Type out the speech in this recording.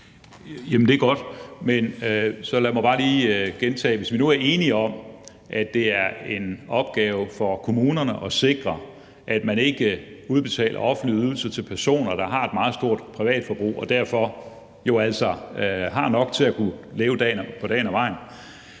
det er godt. Men så lad mig bare lige gentage: Hvis vi nu er enige om, at det er en opgave for kommunerne at sikre, at man ikke udbetaler offentlige ydelser til personer, der har et meget stort privatforbrug og derfor jo altså har nok til dagen og vejen,